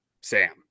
Sam